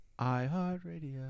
iHeartRadio